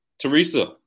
Teresa